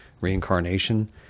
reincarnation